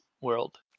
world